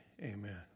amen